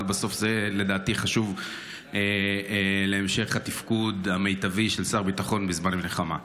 בסוף זה לדעתי חשוב להמשך התפקוד המיטבי של שר ביטחון בזמן מלחמה.